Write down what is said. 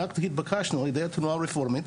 אנחנו התבקשנו על ידי התנועה הרפורמית